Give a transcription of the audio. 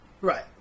Right